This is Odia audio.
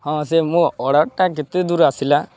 ହଁ ସେ ମୋ ଅର୍ଡ଼ର୍ଟା କେତେ ଦୂର ଆସିଲା